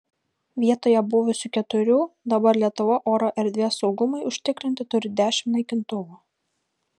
vietoje buvusių keturių dabar lietuva oro erdvės saugumui užtikrinti turi dešimt naikintuvų